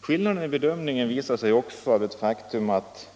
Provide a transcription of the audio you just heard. Skillnaden i bedömning visar också det faktum att